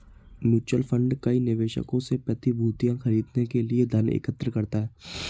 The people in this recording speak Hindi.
म्यूचुअल फंड कई निवेशकों से प्रतिभूतियां खरीदने के लिए धन एकत्र करता है